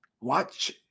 watch